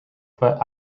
for